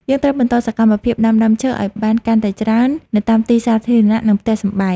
យើងត្រូវបន្តសកម្មភាពដាំដើមឈើឱ្យបានកាន់តែច្រើននៅតាមទីសាធារណៈ និងផ្ទះសម្បែង។